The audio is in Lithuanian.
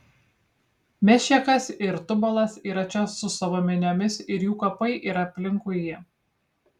mešechas ir tubalas yra čia su savo miniomis ir jų kapai yra aplinkui jį